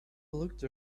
looked